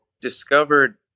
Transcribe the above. discovered